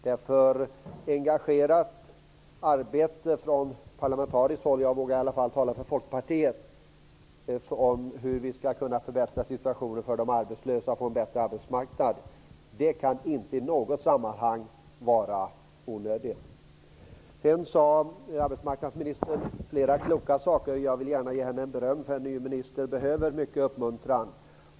Ett engagerat arbete från parlamentariskt håll - jag vågar i alla fall tala för Folkpartiet - för att förbättra situationen för de arbetslösa och skapa en bättre marknad kan inte i något sammanhang vara onödigt. Arbetsmarknadsministern sade också flera kloka saker, som jag gärna vill ge henne beröm för. En ny minister behöver mycket uppmuntran.